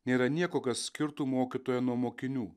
nėra nieko kas skirtų mokytoją nuo mokinių